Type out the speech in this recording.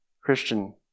Christian